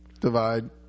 Divide